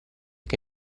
che